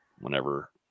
whenever